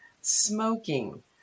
smoking